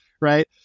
right